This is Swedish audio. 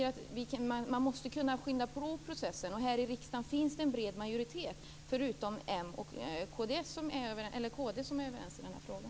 Man måste kunna skynda på processen. Här i riksdagen finns det en bred majoritet - förutom moderaterna och kristdemokraterna - som är överens i den här frågan.